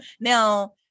now